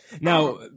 now